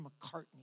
McCartney